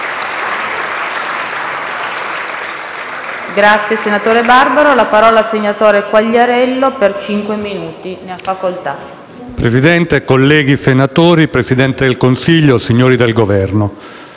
Presidente, colleghi, Presidente del Consiglio, signori del Governo,